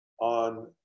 on